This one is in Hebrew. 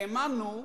האמנו,